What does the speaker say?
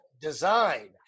design